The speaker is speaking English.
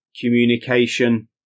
communication